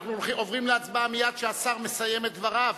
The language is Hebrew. אנחנו עוברים להצבעה מייד כשהשר מסיים את דבריו,